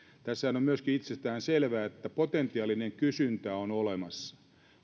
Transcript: tässähän on myöskin itsestäänselvää että potentiaalinen kysyntä on olemassa